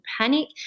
panic